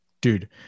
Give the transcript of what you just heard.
dude